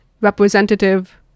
representative